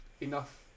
enough